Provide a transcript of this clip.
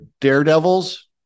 daredevils